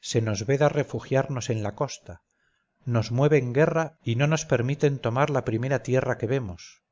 se nos veda refugiarnos en la costa nos mueven guerra y no nos permiten tomar la primera tierra que vemos